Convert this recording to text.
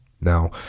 Now